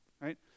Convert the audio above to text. Right